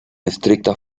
estricta